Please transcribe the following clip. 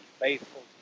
faithful